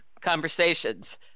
conversations